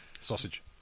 Sausage